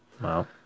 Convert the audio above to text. Wow